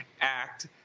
act